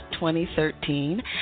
2013